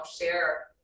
share